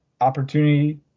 opportunity